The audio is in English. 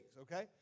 okay